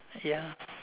ya